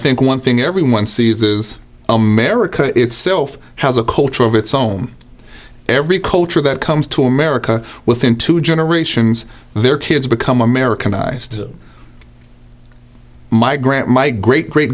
think one thing everyone sees is america itself has a culture of its own every culture that comes to america within two generations their kids become americanised my grant my great great